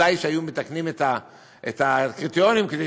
ודאי שהיו מתקנים את הקריטריונים כדי